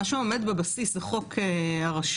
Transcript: מה שעומד בבסיס זה חוק הרשות,